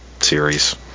series